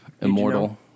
immortal